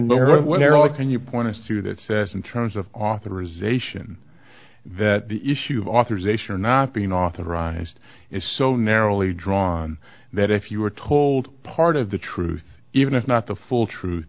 like can you point to that says in terms of authorization that the issue of authorization or not being authorized is so narrowly drawn that if you were told part of the truth even if not the full truth